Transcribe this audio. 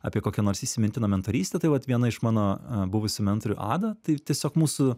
apie kokią nors įsimintiną mentorystę tai vat viena iš mano buvusį mentorių adą tai tiesiog mūsų